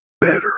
better